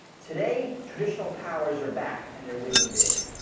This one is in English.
today, traditional powers are back and they're winning big.